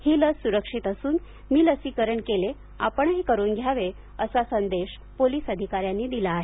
ही लस सुरक्षित असून मी लसीकरण केले आपणही करुन घ्यावे असा संदेश पोलिस अधिकाऱ्यांनी दिला आहे